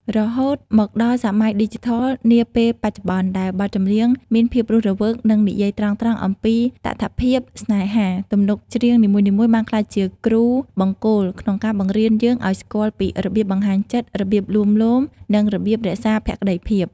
រហូតមកដល់សម័យឌីជីថលនាពេលបច្ចុប្បន្ន ដែលបទចម្រៀងមានភាពរស់រវើក និងនិយាយត្រង់ៗអំពីតថភាពស្នេហា ទំនុកច្រៀងនីមួយៗបានក្លាយជាគ្រូបង្គោលក្នុងការបង្រៀនយើងឱ្យស្គាល់ពីរបៀបបង្ហាញចិត្ត របៀបលួងលោម និងរបៀបរក្សាភក្តីភាព។